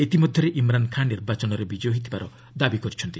ଇତିମଧ୍ୟରେ ଇମ୍ରାନ୍ ଖାଁ ନିର୍ବାଚନରେ ବିଜୟୀ ହୋଇଥିବାର ଦାବି କରିଛନ୍ତି